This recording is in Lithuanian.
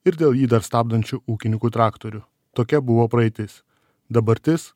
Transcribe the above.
ir dėl jį dar stabdančių ūkininkų traktorių tokia buvo praeitis dabartis